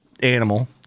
animal